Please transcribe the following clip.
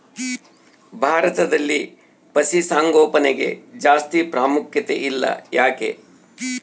ಭಾರತದಲ್ಲಿ ಪಶುಸಾಂಗೋಪನೆಗೆ ಜಾಸ್ತಿ ಪ್ರಾಮುಖ್ಯತೆ ಇಲ್ಲ ಯಾಕೆ?